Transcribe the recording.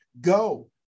go